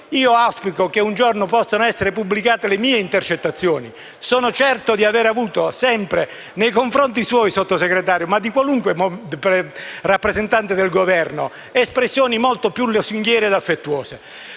Io auspico che un giorno possano essere pubblicate le mie intercettazioni. Sono certo di aver avuto sempre, nei suoi confronti, signor Sottosegretario, ma anche di qualunque rappresentante del Governo, espressioni molto più lusinghiere ed affettuose.